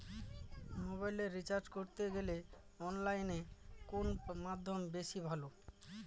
মোবাইলের রিচার্জ করতে গেলে অনলাইনে কোন মাধ্যম বেশি ভালো?